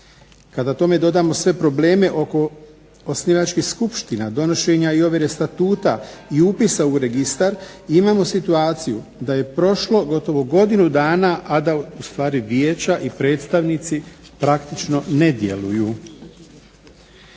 Kada tome dodamo sve probleme oko osnivačkih skupština, donošenja i ovjere statuta i upisa u registar imamo situaciju da je prošlo gotovo godinu dana, a da u stvari vijeća i predstavnici praktično ne djeluju.